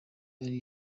ari